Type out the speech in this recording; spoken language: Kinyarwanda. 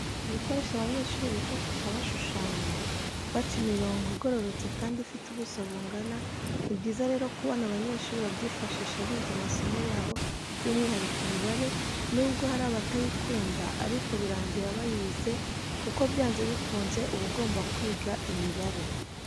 Ibikoresho abanyeshuri bifashisha bashushanya, baca imirongo igororotse kandi ifite ubuso bungana, ni byiza rero kubona abanyeshuri babyifashisha biga amasomo yabo byumwihariko imibare, nubwo hari abatayikunda ariko birangira bayize kuko byanze bikunze uba ugomba kwiga imibare.